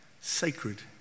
Sacred